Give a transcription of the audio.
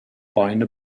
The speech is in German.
beine